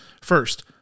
First